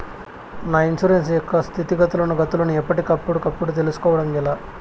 నా ఇన్సూరెన్సు యొక్క స్థితిగతులను గతులను ఎప్పటికప్పుడు కప్పుడు తెలుస్కోవడం ఎలా?